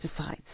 pesticides